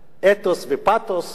אתוס ופתוס.